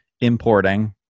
importing